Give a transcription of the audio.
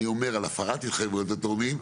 אני אומר על הפרת התחייבויות לתורמים,